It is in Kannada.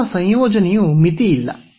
ನಮ್ಮ ಸಂಯೋಜನೆಯು ಮಿತಿಯಿಲ್ಲ